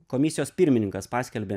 komisijos pirmininkas paskelbė